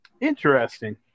interesting